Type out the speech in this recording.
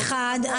אחד,